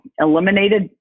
eliminated